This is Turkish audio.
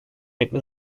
etme